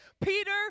Peter